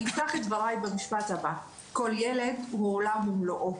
אני אפתח את דבריי במשפט הבא: כל ילד הוא עולם ומלואו,